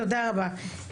תודה רבה.